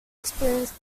experience